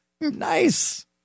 Nice